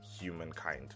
humankind